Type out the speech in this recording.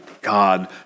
God